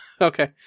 Okay